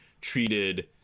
treated